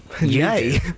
Yay